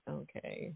okay